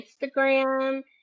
Instagram